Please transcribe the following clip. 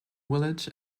village